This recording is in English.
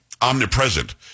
omnipresent